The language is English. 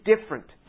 different